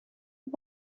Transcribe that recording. you